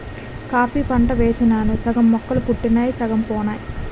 coffee పంట యేసినాను సగం మొక్కలు పుట్టినయ్ సగం పోనాయి